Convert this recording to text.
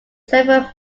several